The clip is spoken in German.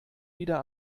wieder